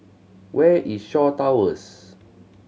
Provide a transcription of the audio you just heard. where is Shaw Towers